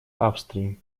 австрии